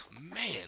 man